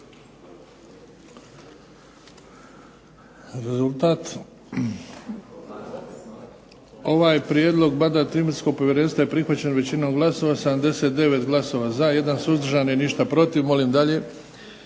Rezultat? Ovaj prijedlog Mandatno-imunitetnog povjerenstva je prihvaćen većinom glasova 79 glasova za, jedan suzdržan, i ništa protiv. Molim dalje.